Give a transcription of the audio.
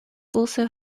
also